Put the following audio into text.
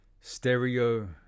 Stereo